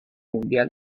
mundial